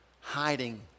Hiding